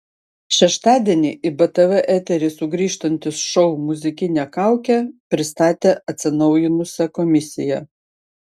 šeštadienį į btv eterį sugrįžtantis šou muzikinė kaukė pristatė atsinaujinusią komisiją